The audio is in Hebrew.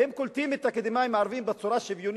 האם קולטים את האקדמאים הערבים בצורה שוויונית?